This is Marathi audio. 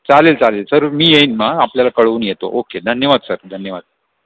चालेल चालेल सर मी येईन मग आपल्याला कळवून येतो ओके धन्यवाद सर धन्यवाद